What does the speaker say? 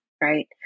Right